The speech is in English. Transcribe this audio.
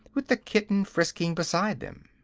with the kitten frisking beside them.